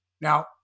Now